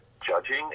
judging